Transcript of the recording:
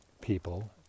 people